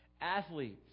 athletes